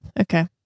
okay